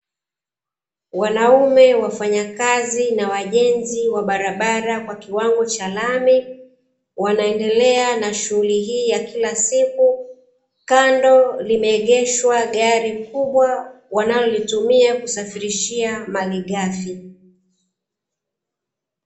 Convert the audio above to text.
Wanaume wafanyakazi na wajenzi wa barabara kwa kiwango cha lami, wanaendelea na shughuli hii ya kila siku kando limeegeshwa gari kubwa wanalolitumia kusafirishia malighafi.